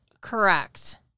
Correct